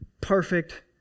perfect